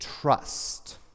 trust